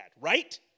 right